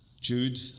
Jude